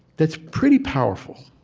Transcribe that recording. that's pretty powerful,